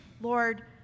Lord